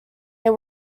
they